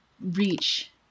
reach